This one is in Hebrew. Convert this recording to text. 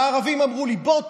והערבים אמרו לי: בוא,